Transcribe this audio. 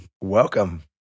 Welcome